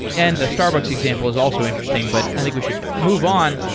and the starbucks example is also interesting, but i think we should move on.